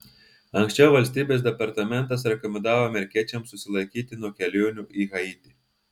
anksčiau valstybės departamentas rekomendavo amerikiečiams susilaikyti nuo kelionių į haitį